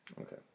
Okay